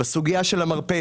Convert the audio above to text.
מרפא